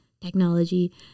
technology